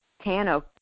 Tano